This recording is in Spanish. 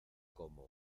como